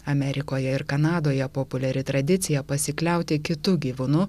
amerikoje ir kanadoje populiari tradicija pasikliauti kitu gyvūnu